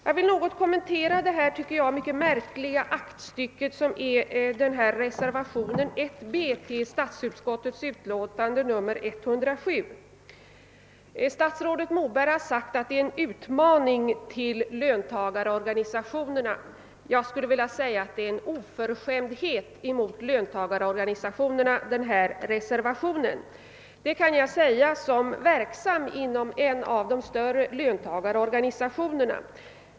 Jag vill något kommentera detta enligt min mening mycket märkliga aktstycke som reservationen 1b till statsutskottets utlåtande nr 107 utgör. Statsrådet Moberg har sagt att denna reservation är en utmaning mot löntagarorganisationerna. Jag skulle vilja säga att den är en oförskämdhet mot dem. Det kan jag säga såsom verksam inom en av de större löntagarorganisationerna.